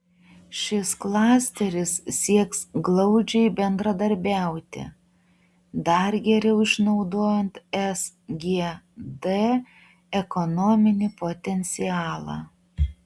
šis klasteris sieks glaudžiai bendradarbiauti dar geriau išnaudojant sgd ekonominį potencialą